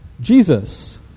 Jesus